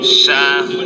shine